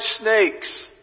snakes